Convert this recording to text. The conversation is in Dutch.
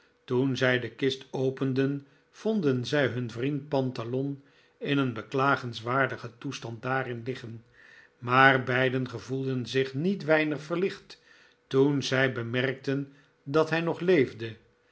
toen zij de kist openden vonden zij hun vriend pantalon in een beklagenswaardigen toestand daarin liggen maar beiden gevoelden zich niet weinig verlicht toen zij bemerkten dat hij nog leefde